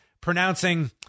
pronouncing